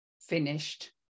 finished